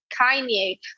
kanye